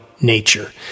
nature